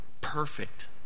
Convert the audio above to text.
perfect